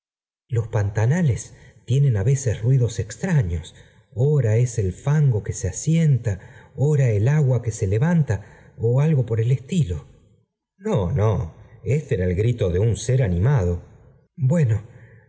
loe pantanales tienen á veces ruidos extra fios ora es el fango que se asienta ora el agua que i se levanta ó algo por el estilo i no no éste era el grito de un ser animado jl bueno